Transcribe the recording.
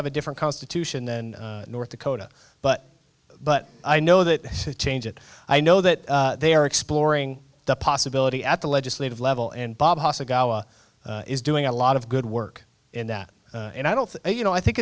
have a different constitution than north dakota but but i know that to change it i know that they are exploring the possibility at the legislative level and bob is doing a lot of good work in that and i don't you know i think